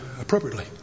appropriately